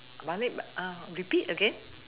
balik uh repeat again